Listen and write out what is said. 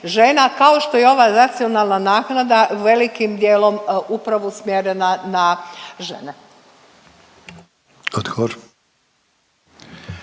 žena, kao što i ova nacionalna naknada velikim dijelom upravo usmjerena na žene.